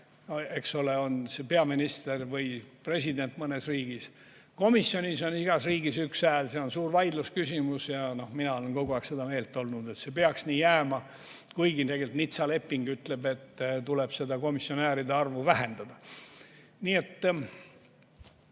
eks ole, on see peaminister või mõnes riigis president. Komisjonis on igal riigil üks hääl. See on suur vaidlusküsimus ja mina olen kogu aeg seda meelt olnud, et see peaks nii jääma, kuigi tegelikult Nizza leping ütleb, et tuleb seda komisjonäride arvu vähendada. Jälle